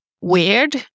weird